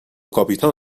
کاپیتان